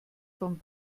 von